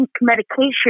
medication